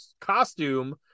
costume